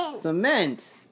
Cement